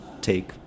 take